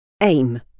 AIM